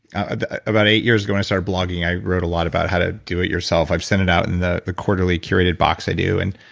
ah about eight years ago when i started blogging, i wrote a lot about how to do it yourself. i've sent it out in the the quarterly curated box i do, and